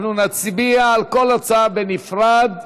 נצביע על כל הצעה בנפרד.